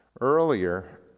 Earlier